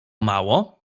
mało